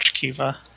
Kiva